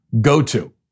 go-to